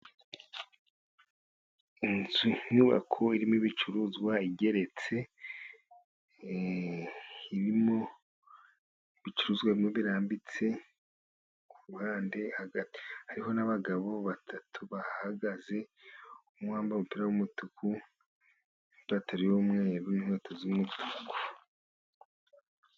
Inzu inyubako irimo ibicuruzwa igeretse, irimo ibicuruzwa birimo birambitse ku ruhande, hariho n'abagabo batatu bahagaze umwe yambaye umupira w'umutuku, ni pantaro y'umweru n'inkweto z'umutuku.